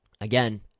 again